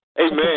Amen